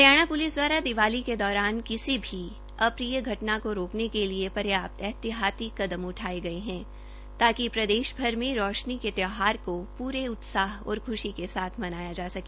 Haryana police दवारा दीवाली के दौरान किसी भी अप्रिय घटना को रोकने के लिए पर्याप्त एहतियाती कदम उठाये गए है ताकि प्रदेशभर में रोशनी का त्यौहार प्रे उल्लास और ख्शी से साथ मनाया जा सके